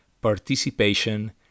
participation